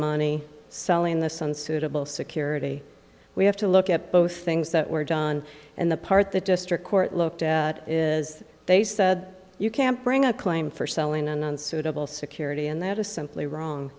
money selling this unsuitable security we have to look at both things that were done and the part that district court looked at is they said you can't bring a claim for selling an unsuitable security and that is simply wrong